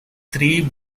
three